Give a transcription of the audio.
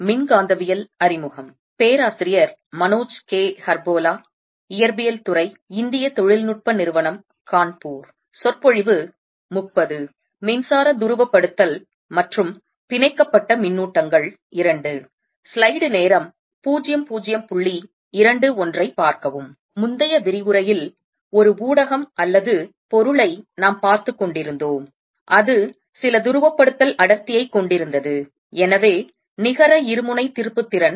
மின்சார துருவப்படுத்தல் மற்றும் பிணைக்கப்பட்ட மின்னூட்டங்கள் II முந்தைய விரிவுரையில் ஒரு ஊடகம் அல்லது பொருளை நாம் பார்த்துக் கொண்டிருந்தோம் அது சில துருவப்படுத்தல் அடர்த்தியைக் கொண்டிருந்தது எனவே நிகர இருமுனை திருப்புத்திறன்